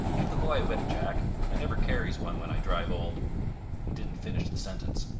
give the boy a whip, jack. i never carries one when i drive old he didn't finish the sentence.